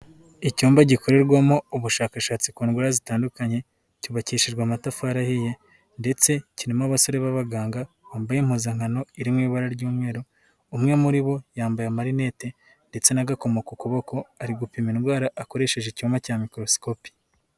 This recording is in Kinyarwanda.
Icyumba gikorerwamo ubushakashatsi ku ndwara zitandukanye cyubakishijwe amatafari ahiye ndetse kirimo abasore b'abaganga bambaye impuzankano iri mu ibara ry'umweru umwe muri bo yambaye amarinete ndetse n'agakomo ku kuboko ari gupima indwara akoresheje icyuma cya mikorosikope.